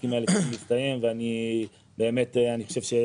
התיקים האלה צריכים להסתיים ואני חושב שבחודשים